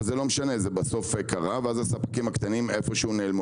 אבל זה בסוף קרה והספקים הקטנים נעלמו.